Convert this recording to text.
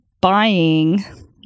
buying